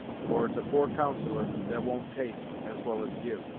for it's a poor counsellor that won't take as well as give.